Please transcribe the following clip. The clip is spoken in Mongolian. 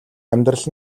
амьдрал